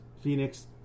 Phoenix